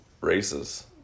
races